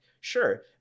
Sure